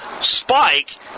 spike